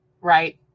Right